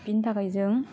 बिनि थाखाइ जों